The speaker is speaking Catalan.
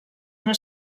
una